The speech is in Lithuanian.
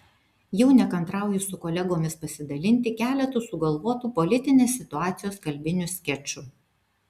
jau nekantrauju su kolegomis pasidalinti keletu sugalvotų politinės situacijos kalbinių skečų